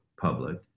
public